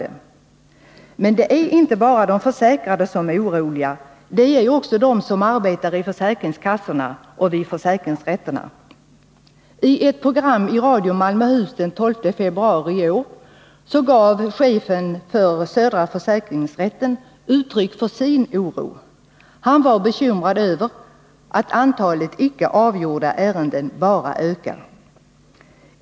Det är emellertid inte bara de försäkrade som är oroliga, utan det är också de som arbetar vid försäkringskassorna och försäkringsrätterna. I ett program i Radio Malmöhus den 12 februari i år gav chefen för södra försäkringsrätten uttryck för den oro han känner. Han var bekymrad över att antalet icke avgjorda ärenden bara ökar.